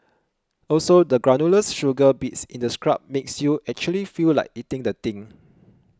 also the granular sugar bits in the scrub makes you actually feel like eating the thing